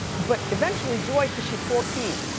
but eventually joy, cause she's fourteen.